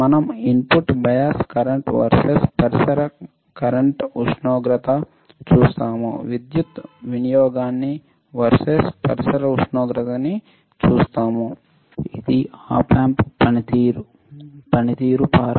మనం input bias current versus పరిసర current ఉష్ణోగ్రత చూస్తాము విద్యుత్ వినియోగాన్ని వర్సెస్ పరిసర ఉష్ణోగ్రతకి చూస్తాము ఇది op amp పనితీరు పరామితి